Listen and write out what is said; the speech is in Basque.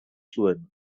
zuen